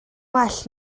well